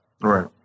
Right